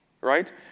right